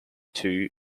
two